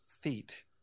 feet